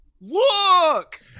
Look